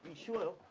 shoot.